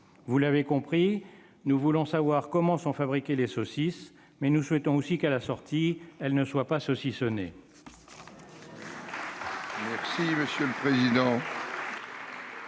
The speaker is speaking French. Vous l'avez compris, nous voulons savoir comment sont fabriquées les saucisses, mais nous souhaitons aussi qu'à la sortie elles ne soient pas saucissonnées.